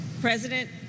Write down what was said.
President